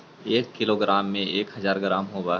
एक किलोग्राम में एक हज़ार ग्राम होव हई